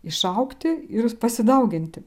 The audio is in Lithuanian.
išaugti ir pasidauginti